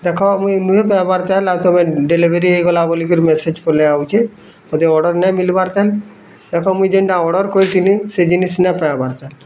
ଦେଖ ମୁଇଁ ନୁହେ ପାଇବାର୍ ତାଲ ଆଉ ତମେ ଡେଲିଭରି ହେଇଗଲା ବୋଲିକରି ମେସେଜ୍ ପଲେଇ ଆଉଛେ ମୋତେ ଅର୍ଡ଼ର୍ ନାଇଁ ମିଲ୍ବାର୍ ଦେଖ ମୁଇଁ ଯେନ୍ଟା ଅର୍ଡ଼ର୍ କରିଥିଲି ସେ ଜିନିଷ ନାଇଁ ପାଇଁବାର୍ ତା